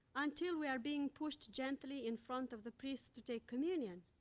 until we are being pushed gently in front of the priest to take communion,